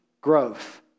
growth